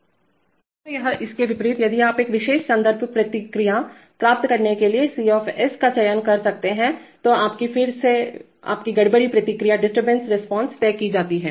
तोया इसके विपरीत यदि आप एक विशेष संदर्भ प्रतिक्रियारिस्पांस प्राप्त करने के लिए C का चयन कर रहे हैं तो आपकी फिर आपकी गड़बड़ी प्रतिक्रियाडिस्टर्बेंस रिस्पांस तय की जाती है